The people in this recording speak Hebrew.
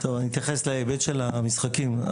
אתייחס להיבט של המשחקים.